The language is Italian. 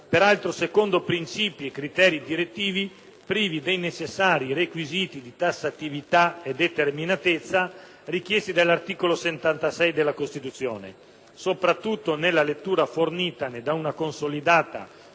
peraltro secondo princìpi e criteri direttivi privi dei necessari requisiti di tassatività e determinatezza richiesti dall'articolo 76 della Costituzione, soprattutto nella lettura fornitane da una consolidata